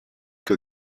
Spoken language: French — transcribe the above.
que